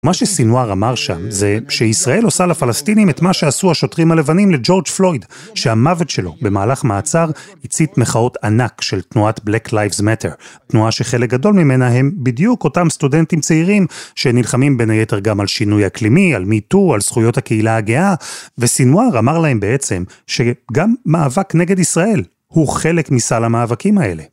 מה שסינואר אמר שם זה שישראל עושה לפלסטינים את מה שעשו השוטרים הלבנים לג'ורג' פלויד, שהמוות שלו במהלך מעצר הצית מחאות ענק של תנועת Black Lives Matter, תנועה שחלק גדול ממנה הם בדיוק אותם סטודנטים צעירים שנלחמים בין היתר גם על שינוי אקלימי, על MeToo, על זכויות הקהילה הגאה, וסינואר אמר להם בעצם שגם מאבק נגד ישראל הוא חלק מסל המאבקים האלה.